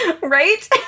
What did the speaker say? Right